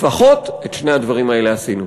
לפחות את שני הדברים האלה עשינו.